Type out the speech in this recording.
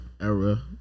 era